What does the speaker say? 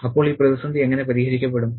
അപ്പോൾ ഈ പ്രതിസന്ധി എങ്ങനെ പരിഹരിക്കപ്പെടും